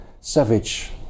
savage